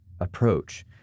approach